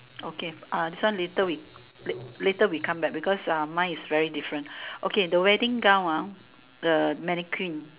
okay ah this one later we later we come back because uh mine is very different okay the wedding gown ah the mannequin